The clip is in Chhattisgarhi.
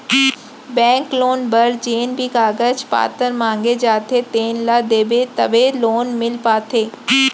बेंक लोन बर जेन भी कागज पातर मांगे जाथे तेन ल देबे तभे लोन मिल पाथे